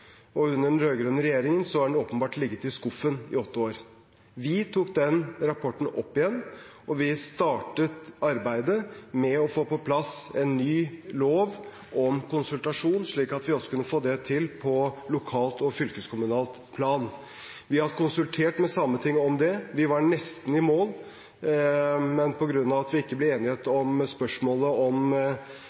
lenge. Under den rød-grønne regjeringen har den åpenbart ligget i skuffen i åtte år. Vi tok den rapporten opp igjen, og vi startet arbeidet med å få på plass en ny lov om konsultasjon, slik at vi også kunne få det til på lokalt og fylkeskommunalt plan. Vi har konsultert med Sametinget om det. Vi var nesten i mål, men på grunn av at det ikke ble enighet om spørsmålet om